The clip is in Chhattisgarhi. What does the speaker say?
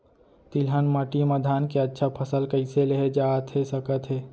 तिलहन माटी मा धान के अच्छा फसल कइसे लेहे जाथे सकत हे?